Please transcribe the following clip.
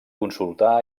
consultar